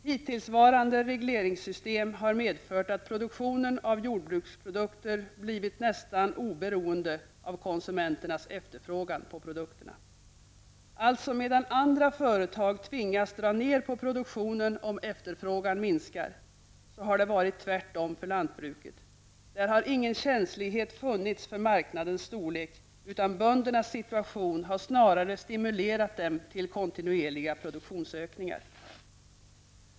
Hittillsvarande regleringssystem har medfört att produktionen av jordbruksprodukter blivit nästan oberoende av konsumenternas efterfrågan på produkterna. Alltså medan andra företag tvingas dra ner på produktionen om efterfrågan minskar, har det varit tvärtom för lantbruket. Där har ingen känslighet funnits för marknadens storlek, utan böndernas situation har snarare stimulerat dem till kontinuerliga produktionsökningar.